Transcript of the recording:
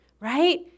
right